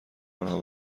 آنها